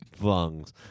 lungs